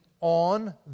on